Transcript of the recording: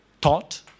taught